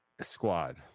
squad